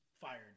fired